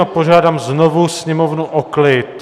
Požádám znovu sněmovnu o klid.